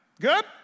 good